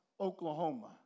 Oklahoma